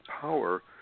power